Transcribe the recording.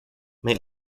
may